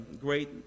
great